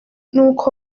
n’uko